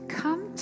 come